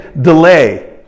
delay